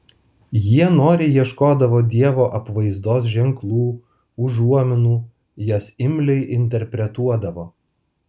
jie noriai ieškodavo dievo apvaizdos ženklų užuominų jas imliai interpretuodavo